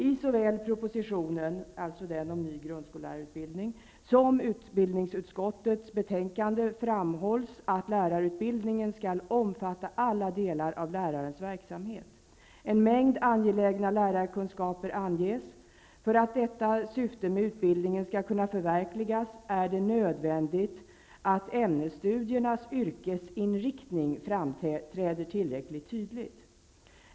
''I såväl propositionen'', alltså den om ny grundskollärarutbildning, ''som utbildningsutskottets betänkande framhålls att lärarutbildningen skall omfatta alla delar av lärarens verksamhet. En mängd angelägna lärarkunskaper anges. För att detta syfte med utbildningen skall kunna förverkligas är det nödvändigt att ämnesstudiernas yrkesinriktning främträder tillräckligt tydligt.